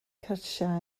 cyrsiau